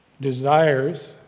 desires